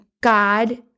God